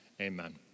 Amen